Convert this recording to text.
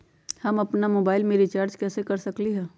हम अपन मोबाइल में रिचार्ज कैसे कर सकली ह?